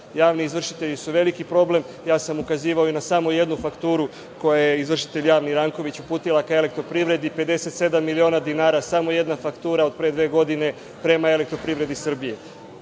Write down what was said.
izvršitelji su veliki problem. Ja sam ukazivao i na samo jednu fakturu koju je izvršitelj javni Ranković uputila ka Elektroprivredi, 57 miliona dinara samo jedna faktura od pre dve godine prema Elektroprivredi Srbije.